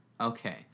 Okay